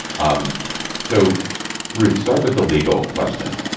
um so ruth start with the legal question